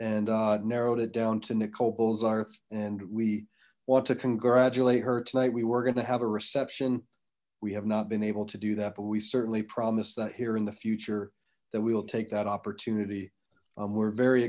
and narrowed it down to nicole bozarth and we want to congratulate her tonight we were going to have a reception we have not been able to do that but we certainly promised that here in the future that we will take that opportunity we're very